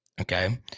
Okay